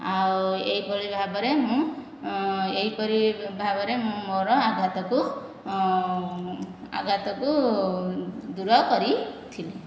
ଆଉ ଏହିଭଳି ଭାବ ରେ ମୁଁ ଏହିପରି ଭାବରେ ମୁଁ ମୋ ମୋର ଆଘାତକୁ ଆଘାତକୁ ଦୂରକରି ଥିଲି